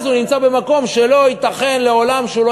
אז הוא נמצא במקום שלא ייתכן לעולם שלא